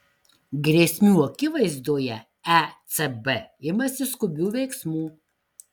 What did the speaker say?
grėsmių akivaizdoje ecb imasi skubių veiksmų